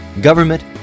government